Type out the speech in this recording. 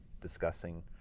discussing